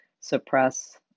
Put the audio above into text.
suppress